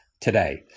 today